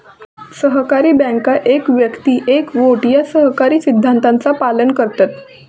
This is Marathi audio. सहकारी बँका एक व्यक्ती एक वोट या सहकारी सिद्धांताचा पालन करतत